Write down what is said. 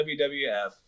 wwf